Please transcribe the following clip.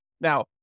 Now